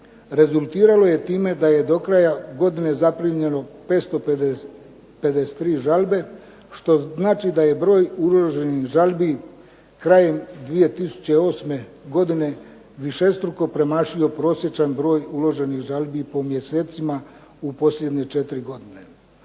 rezultiralo je time da je do kraja godine zaprimljeno 553 žalbe, što znači da je broj uloženih žalbi krajem 2008. godine višestruko premašilo prosječan broj uloženih žalbi po mjesecima u posljednje četiri godine.